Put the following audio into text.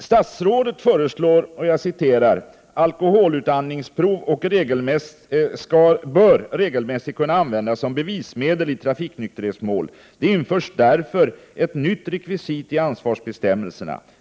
Statsrådet skriver: ”Alkoholutandningsprov bör regelmässigt kunna användas som bevismedel i trafiknykterhetsmål. Det införs därför ett nytt rekvisit i ansvarsbestämmelserna.